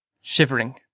shivering